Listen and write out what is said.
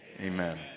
Amen